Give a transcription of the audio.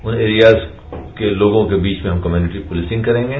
उन एरियाज के लोगों के बीच में हम कम्यूनिटी पुलिसिंग करेंगे